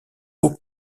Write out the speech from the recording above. hauts